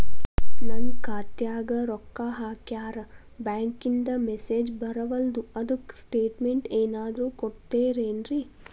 ನನ್ ಖಾತ್ಯಾಗ ರೊಕ್ಕಾ ಹಾಕ್ಯಾರ ಬ್ಯಾಂಕಿಂದ ಮೆಸೇಜ್ ಬರವಲ್ದು ಅದ್ಕ ಸ್ಟೇಟ್ಮೆಂಟ್ ಏನಾದ್ರು ಕೊಡ್ತೇರೆನ್ರಿ?